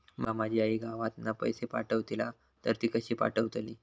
माका माझी आई गावातना पैसे पाठवतीला तर ती कशी पाठवतली?